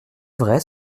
vrai